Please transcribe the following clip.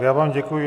Já vám děkuji.